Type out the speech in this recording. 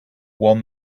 one